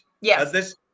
Yes